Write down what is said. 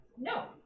no